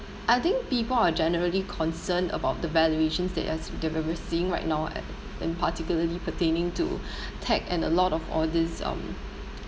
I think people are generally concerned about the valuations that they are that we are seeing right now at in particularly pertaining to tech and a lot of all these um